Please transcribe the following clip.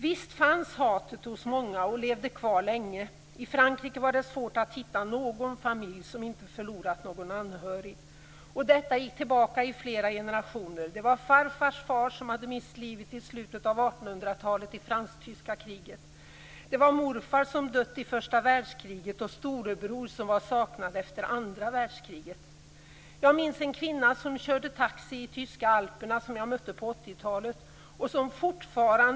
Visst fanns hatet hos många och levde kvar länge. I Frankrike var det svårt att hitta någon familj som inte hade förlorat någon anhörig. Och detta gick tillbaka i flera generationer. Det var farfars far som hade mist livet i slutet av 1800-talet i fransk-tyska kriget. Det var morfar som hade dött i första världskriget och storebror som var saknad efter det andra världskriget. Jag minns en kvinna som körde taxi i tyska Alperna som jag mötte på 1980-talet.